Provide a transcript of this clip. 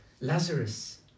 Lazarus